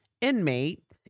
inmate